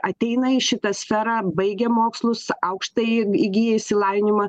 ateina į šitą sferą baigę mokslus aukštąjį įgyja išsilavinimą